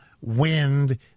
wind